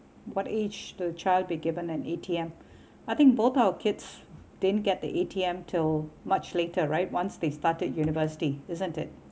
what age the child be given an A_T_M I think both our kids didn't get the A_T_M till much later right once they started university isn't it